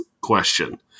question